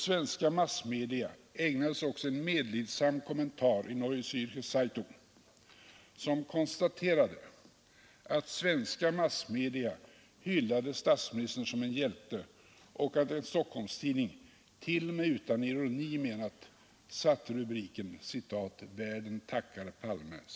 Svenska massmedia ägnades också en medlidsam kommentar i Neue Zircher Zeitung, som konstaterade att svenska massmedia hyllade statsministern som en hjälte och att en Stockholmstidning — t.o.m. utan ironi menat — satte rubriken ”Världen tackar Palme”.